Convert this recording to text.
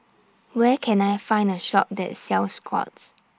Where Can I Find A Shop that sells Scott's